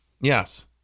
Yes